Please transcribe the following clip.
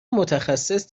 متخصص